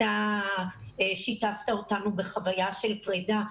אתה שיתפת אותנו בחוויה של פרידה,